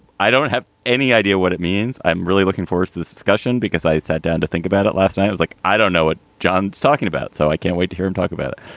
i don't have any idea what it means. i'm really looking forward to this discussion because i sat down to think about it last night was like, i don't know it, john talking about. so i can't wait to hear him talk about it.